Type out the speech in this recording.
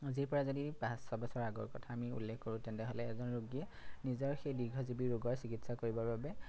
আজিৰ পৰা যদি পাঁচ ছবছৰৰ আগৰ কথা আমি উল্লেখ কৰোঁ তেনেহ'লে এজন ৰোগীয়ে নিজৰ সেই দীৰ্ঘজীৱী ৰোগৰ চিকিৎসা কৰিবৰ বাবে